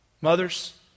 Mothers